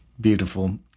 Beautiful